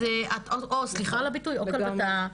אז את סליחה על הביטוי או כלבתא,